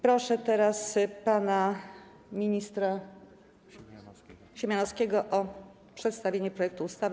Proszę teraz pana ministra Siemianowskiego o przedstawienie projektu ustawy.